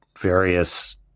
various